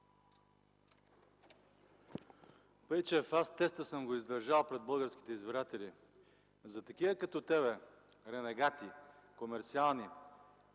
Пейчев, аз теста съм го издържал пред българските избиратели. За такива като тебе – ренегати, комерсани,